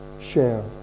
share